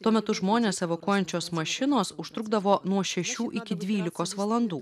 tuo metu žmones evakuojančios mašinos užtrukdavo nuo šešių iki dvylikos valandų